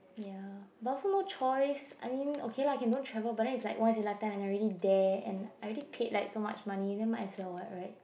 ya but also no choice I mean okay lah can don't travel but then is like once in a life time and I'm already there and I already paid like so much money then might as well what [right]